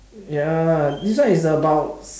ya this one is about s~